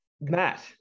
Matt